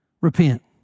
Repent